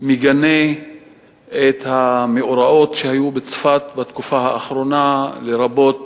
מגנה את המאורעות שהיו בצפת בתקופה האחרונה, לרבות